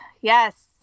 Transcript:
Yes